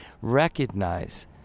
recognize